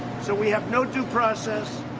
so we have no due process.